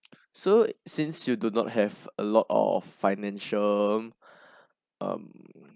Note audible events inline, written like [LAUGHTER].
so since you do not have a lot of financial [BREATH] um